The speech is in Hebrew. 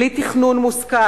בלי תכנון מושכל.